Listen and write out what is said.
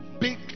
big